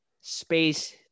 space